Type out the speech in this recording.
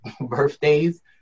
birthdays